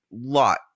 lot